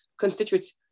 constitutes